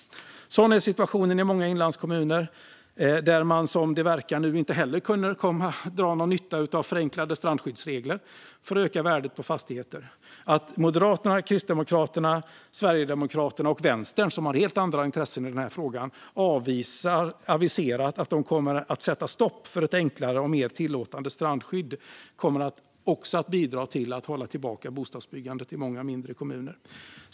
Sådan är situationen i många inlandskommuner, där man som det verkar nu inte heller kommer att dra någon nytta av förenklade strandskyddsregler för att öka värdet på fastigheter. Att Moderaterna, Kristdemokraterna, Sverigedemokraterna och Vänstern, som har helt andra intressen i frågan, aviserar att de kommer att sätta stopp för ett enklare och mer tillåtande strandskydd kommer också att bidra till att hålla tillbaka bostadsbyggandet i många mindre kommuner.